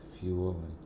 fuel